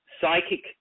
psychic